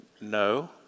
no